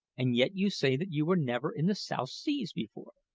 and yet you say that you were never in the south seas before.